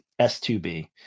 S2B